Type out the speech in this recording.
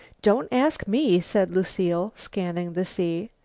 don't ask me, said lucile, scanning the sea.